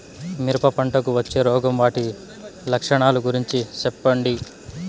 మిరప పంటకు వచ్చే రోగం వాటి లక్షణాలు గురించి చెప్పండి?